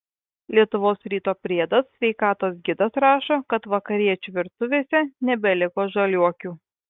lietuvos ryto priedas sveikatos gidas rašo kad vakariečių virtuvėse nebeliko žaliuokių